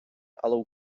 але